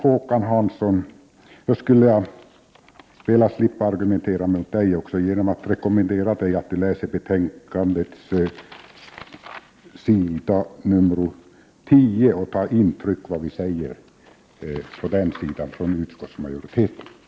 Jag skulle vilja slippa argumentera med Håkan Hansson genom att rekommendera honom att läsa s. 10 i betänkandet och ta intryck av vad vi från utskottsmajoriteten säger där.